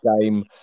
game